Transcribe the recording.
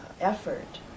effort